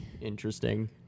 Interesting